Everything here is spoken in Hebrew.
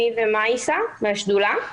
אני ומייסה מהשדולה,